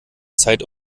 zeit